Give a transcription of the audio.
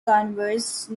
converse